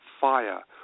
Fire